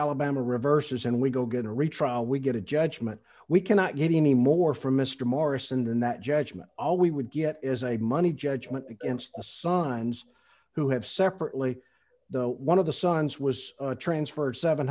alabama reverses and we go get a retrial we get a judgment we cannot get any more from mr morrison than that judgment all we would get is a money judgment against the sons who have separately though one of the sons was transferred seven